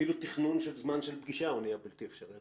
אפילו תכנון של זמן של פגישה נהיה בלתי אפשרי.